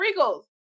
regals